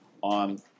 on